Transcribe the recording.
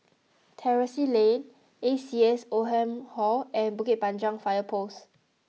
Terrasse Lane A C S Oldham Hall and Bukit Panjang Fire Post